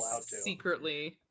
secretly